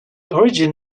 origin